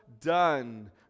done